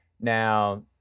Now